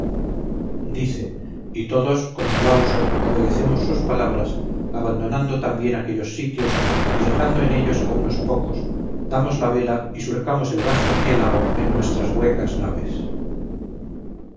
dice y todos con aplauso obedecemos sus palabras abandonando también aquellos sitios y dejando en ellos a unos pocos damos la vela y surcamos el vasto piélago en nuestras huecas naves